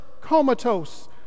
comatose